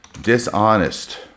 dishonest